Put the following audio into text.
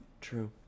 True